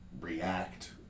react